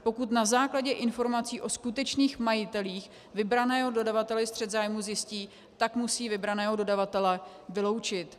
Pokud na základě informací o skutečných majitelích vybraného dodavatel střet zájmů zjistí, tak musí vybraného dodavatele vyloučit.